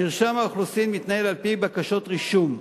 מרשם האוכלוסין מתנהל על-פי בקשות רישום.